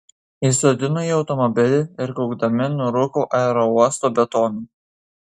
įsodino į automobilį ir kaukdami nurūko aerouosto betonu